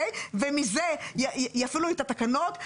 ומזה יפעילו את התקנות,